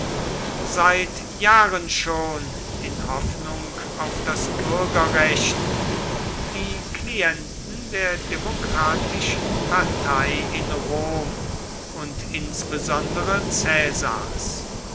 seit jahren schon in hoffnung auf das bürgerrecht die klienten der demokratischen partei in rom und insbesondere caesars